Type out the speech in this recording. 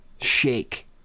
shake